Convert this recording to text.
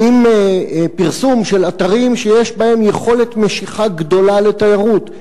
האם פרסום של אתרים שיש בהם יכולת משיכה גדולה של תיירות,